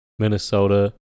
Minnesota